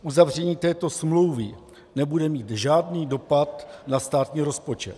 Uzavření této smlouvy nebude mít žádný dopad na státní rozpočet.